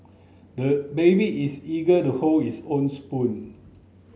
the baby is eager to hold his own spoon